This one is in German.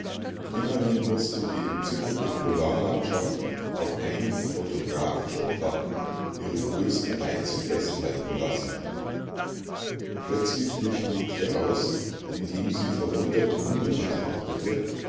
immerhin mußte die entzückende polarlandschaft auf einigen photographischen platten ihre größten reize festhalten lassen plötzlich rief mietje aus indem sie verwundert den himmel betrachtete